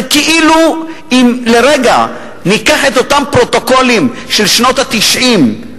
זה כאילו אם לרגע ניקח את אותם פרוטוקולים של שנות ה-90,